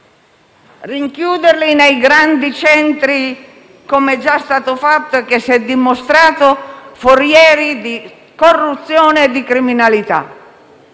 Rinchiuderli nei grandi centri, come è già stato fatto, che si sono dimostrati forieri di corruzione e di criminalità?